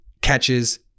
catches